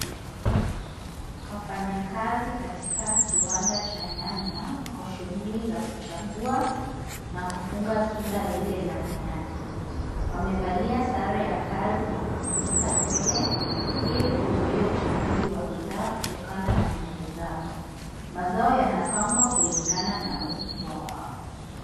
Wafanya kazi katika kiwanda cha nyanya, wako shuguli za kuchagua na kufunga tunda lile la nyanya. Wamevalia sare ya kazi na kufunika nywele, ilikuzuia uchafuzi wa bidhaa kutokana na nywele zao. Mazao yanapangwa kulingana na ukubwa wao.